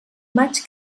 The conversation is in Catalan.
maig